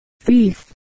Thief